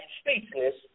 speechless